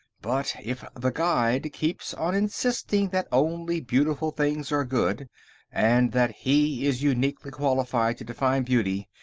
but if the guide keeps on insisting that only beautiful things are good and that he is uniquely qualified to define beauty,